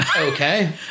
Okay